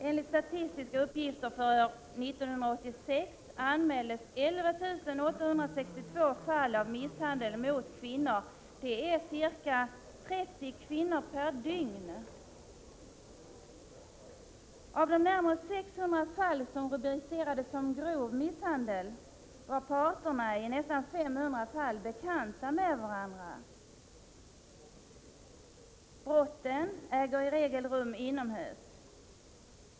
Enligt statistiska uppgifter för år 1986 anmäldes 11 862 fall av misshandel av kvinnor. Det är ca 30 kvinnor per dygn. Av de närmare 600 fall som rubricerades som grov misshandel var parterna i nästan 500 fall bekanta med varandra. Brotten äger i regel rum inomhus.